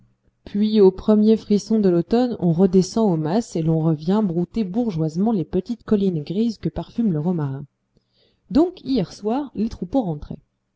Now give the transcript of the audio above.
puis au premier frisson de l'automne on redescend au mas et l'on revient brouter bourgeoisement les petites collines grises que parfume le romarin donc hier soir les